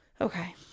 Okay